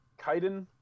Kaiden